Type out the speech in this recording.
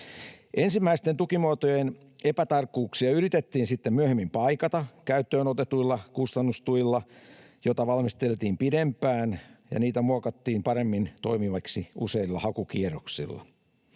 Ensimmäisten tukimuotojen epätarkkuuksia yritettiin sitten myöhemmin paikata käyttöön otetuilla kustannustuilla, joita valmisteltiin pidempään ja muokattiin paremmin toimiviksi useilla hakukierroksilla.